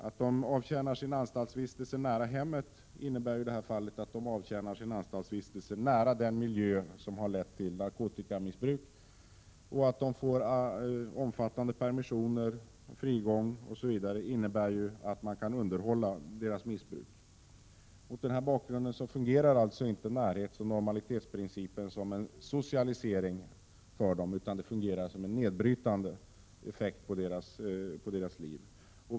Att de avtjänar sin anstaltsvistelse nära hemmet innebär att de avtjänar den nära den miljö som har lett till narkotikamissbruket, och att de får omfattande permissioner, frigång osv. innebär att deras missbruk kan underhållas. Mot denna bakgrund fungerar alltså inte närhetsoch normalitetsprinciperna som en socialisering för dem utan har en nedbrytande effekt på deras liv.